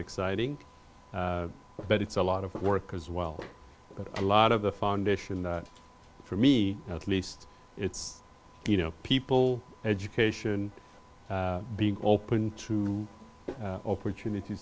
exciting but it's a lot of work because well a lot of the foundation for me at least it's you know people education being open to opportunit